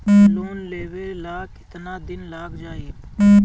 Loan लेबे ला कितना दिन लाग जाई?